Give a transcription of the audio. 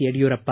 Yediyurappa